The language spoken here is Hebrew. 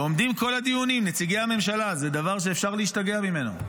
ועומדים בכל הדיונים נציגי הממשלה זה דבר שאפשר להשתגע ממנו,